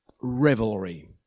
revelry